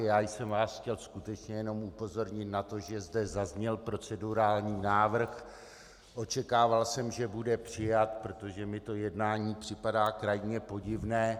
Chtěl jsem vás skutečně jenom upozornit na to, že zde zazněl procedurální návrh, očekával jsem, že bude přijat, protože mi jednání připadá krajně podivné.